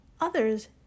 others